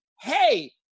hey